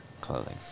clothing